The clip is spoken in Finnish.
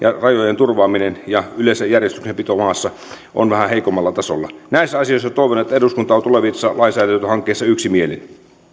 rajojen turvaaminen ja yleensä järjestyksenpito maassa on vähän heikommalla tasolla toivon että näissä asioissa eduskunta on tulevissa lainsäädäntöhankkeissa yksimielinen